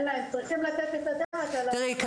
צריכים לתת את הדעת --- תראי,